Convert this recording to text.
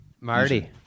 Marty